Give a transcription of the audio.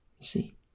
see